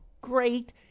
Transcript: great